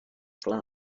flour